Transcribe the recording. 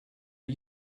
are